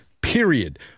period